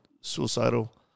suicidal